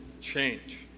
change